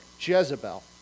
Jezebel